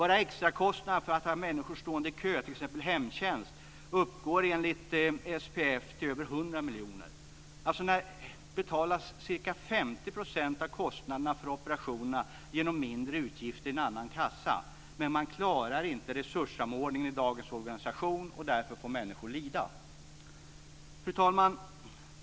Bara extrakostnaderna för att ha människor stående i kö, t.ex. hemtjänst, uppgår enligt SPF till över 100 miljoner. Alltså betalas ca 50 % av kostnaderna för operationerna genom mindre utgifter i annan kassa. Men man klarar inte resurssamordningen i dagens organisation, och därför får människor lida. Fru talman!